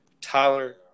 Tyler